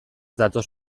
datoz